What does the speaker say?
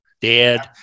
Dad